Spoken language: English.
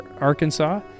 Arkansas